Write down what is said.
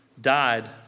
died